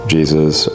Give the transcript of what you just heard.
Jesus